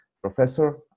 Professor